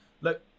Look